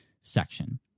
section